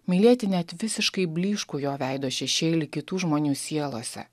mylėti net visiškai blyškų jo veido šešėlį kitų žmonių sielose